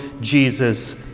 Jesus